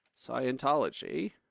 Scientology